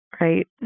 Right